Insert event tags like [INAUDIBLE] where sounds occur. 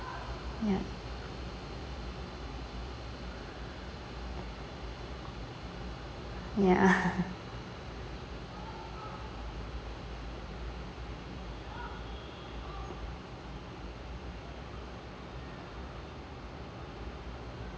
yup yeah [LAUGHS]